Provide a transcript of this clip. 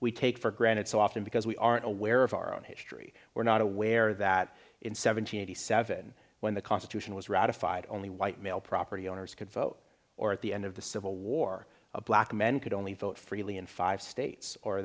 we take for granted so often because we aren't aware of our own history we're not aware that in seventy seven when the constitution was ratified only white male property owners could vote or at the end of the civil war a black men could only vote freely in five states or